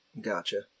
Gotcha